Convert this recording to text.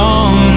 on